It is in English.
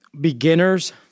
beginners